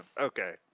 Okay